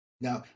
Now